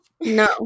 No